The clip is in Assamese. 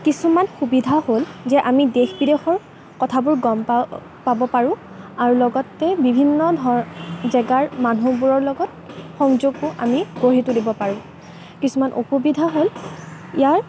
কিছুমান সুবিধা হ'ল যে আমি দেশ বিদেশৰ কথাবোৰ গম পাব পাৰোঁ আৰু লগতে বিভিন্ন জেগাৰ মানুহবোৰৰ লগত সংযোগ আমি গঢ়ি তুলিব পাৰোঁ কিছুমান অসুবিধা হ'ল ইয়াৰ